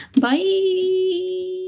Bye